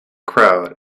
crowd